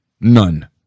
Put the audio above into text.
None